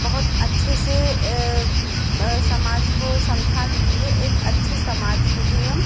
बहुत अच्छे से मतलब समाज को समझा सकेंगे एक अच्छे समाज को भी हम